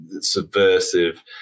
subversive